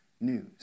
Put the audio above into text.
news